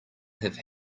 have